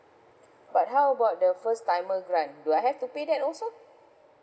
but how about the first timer grant do I have to pay that also